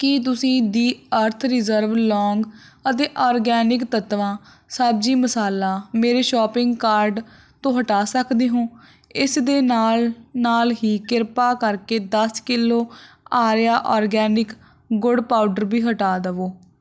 ਕੀ ਤੁਸੀਂ ਦੀ earth reserve ਲੌਂਗ ਅਤੇ ਓਰਗੈਨਿਕ ਤੱਤਵਾ ਸਬਜ਼ੀ ਮਸਾਲਾ ਮੇਰੇ ਸ਼ੋਪਿੰਗ ਕਾਰਟ ਤੋਂ ਹਟਾ ਸੱਕਦੇ ਹੋ ਇਸ ਦੇ ਨਾਲ ਨਾਲ ਹੀ ਕ੍ਰਿਪਾ ਕਰਕੇ ਦਸ ਕਿੱਲੋ ਆਰਿਆ ਓਰਗੈਨਿਕ ਗੁੜ ਪਾਊਡਰ ਵੀ ਹਟਾ ਦਵੋ